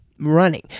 Running